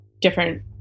different